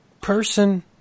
person